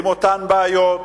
עם אותן בעיות.